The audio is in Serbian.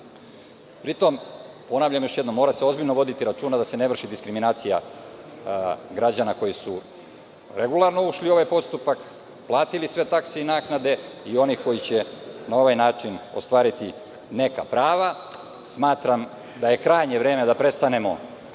zemlji. Ponavljam još jednom, mora se ozbiljno voditi računa da se ne vrši diskriminacija građana koji su regularno ušli u ovaj postupak, platili sve takse i naknade i one koji će na ovaj način ostvariti neka prava. Smatram da je krajnje vreme da prestanemo